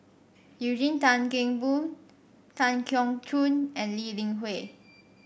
Eugene Tan Kheng Boon Tan Keong Choon and Lee Li Hui